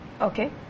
Okay